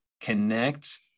Connect